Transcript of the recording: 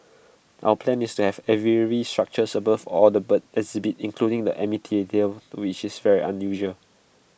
our plan is to have aviary structures above all the bird exhibits including the amphitheatre which is very unusual